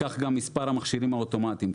כך גם מספר המכשירים האוטומטיים.